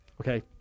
okay